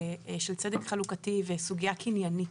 של צדק חלוקתי וסוגיה קניינית.